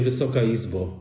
Wysoka Izbo!